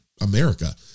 America